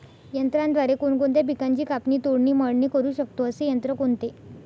यंत्राद्वारे कोणकोणत्या पिकांची कापणी, तोडणी, मळणी करु शकतो, असे यंत्र कोणते?